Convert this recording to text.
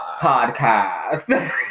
podcast